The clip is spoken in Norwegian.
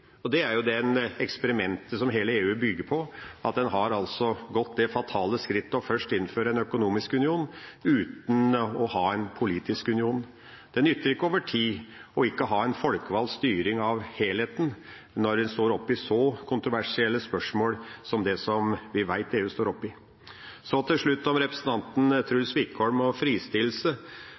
EU. Det er jo det eksperimentet som hele EU bygger på – at en har gått til det fatale skrittet å først innføre en økonomisk union uten å ha en politisk union. Det nytter ikke over tid ikke å ha en folkevalgt styring av helheten når en står oppe i så kontroversielle spørsmål som det vi vet at EU står oppe i. Til slutt om representanten Truls Wickholm og fristillelse: